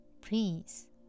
please